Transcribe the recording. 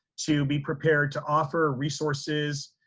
to be prepared to offer resources,